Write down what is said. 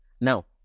Now